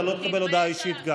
גם אתה לא תקבל הודעה אישית.